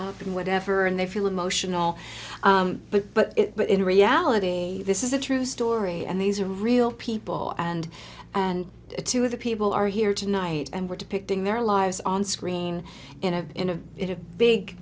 up in whatever and they feel emotional but but but in reality this is a true story and these are real people and and two of the people are here tonight and we're depicting their lives on screen in a in a big a